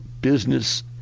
business